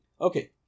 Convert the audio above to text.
Okay